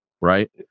Right